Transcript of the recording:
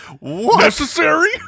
necessary